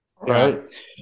Right